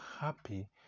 happy